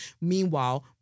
Meanwhile